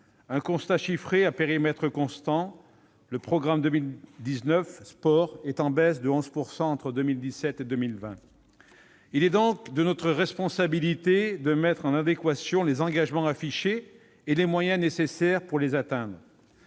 Un constat : à périmètre constant, les crédits du programme 219, « Sport », ont baissé de 11 % entre 2017 et 2020. Il est donc de notre responsabilité de mettre en adéquation les engagements affichés et les moyens pour les atteindre.